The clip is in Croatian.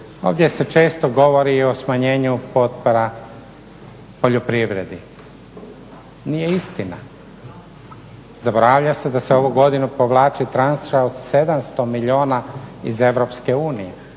Ovdje se često govori i o smanjenju potpora poljoprivredi. Nije istina. Zaboravlja se da se ovu godinu povlači transfer od 700 milijuna iz EU,